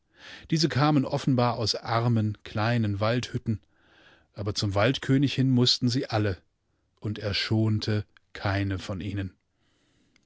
diese kamen offenbar aus armen kleinen waldhütten aber zum waldkönig hin mußten sie alle und er schonte keine vonihnen